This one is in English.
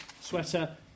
sweater